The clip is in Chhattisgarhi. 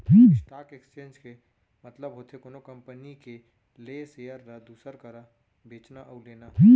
स्टॉक एक्सचेंज के मतलब होथे कोनो कंपनी के लेय सेयर ल दूसर करा बेचना अउ लेना